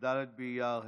כ"ד באייר התשפ"ב,